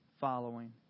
following